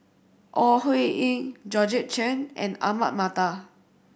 Ore Huiying Georgette Chen and Ahmad Mattar